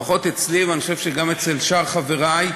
לפחות אצלי, ואני חושב שגם אצל שאר חברי,